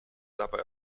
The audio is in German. dabei